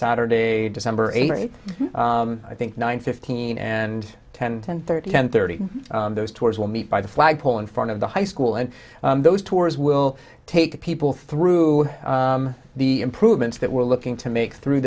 saturday december eighth i think nine fifteen and ten ten thirty ten thirty those two will meet by the flagpole in front of the high school and those tours will take people through the improvements that we're looking to make through